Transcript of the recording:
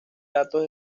datos